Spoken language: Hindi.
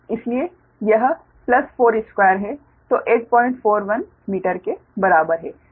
इसलिए यह प्लस 42 है जो 841 मीटर के बराबर है